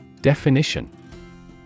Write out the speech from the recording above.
Definition